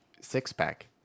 six-pack